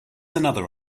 another